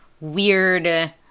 weird